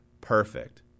perfect